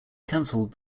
canceled